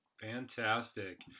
Fantastic